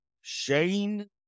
Shane